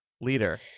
leader